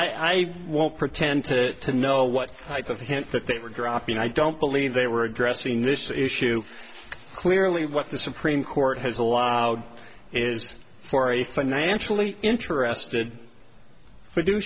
i won't pretend to know what type of hint that they were dropping i don't believe they were addressing this issue clearly what the supreme court has allowed is for a financially interested